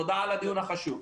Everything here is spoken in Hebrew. תודה על הדיון החשוב.